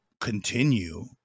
continue